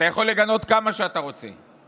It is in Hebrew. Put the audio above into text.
אתה יכול לגנות כמה שאתה רוצה.